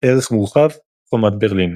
ערך מורחב – חומת ברלין